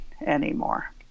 anymore